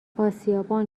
آسیابان